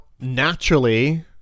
naturally